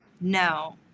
No